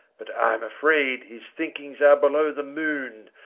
but i am affraid his thinkings are below the moone,